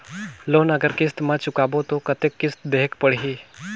Loan अगर किस्त म चुकाबो तो कतेक किस्त देहेक पढ़ही?